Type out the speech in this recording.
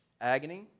agony